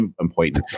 important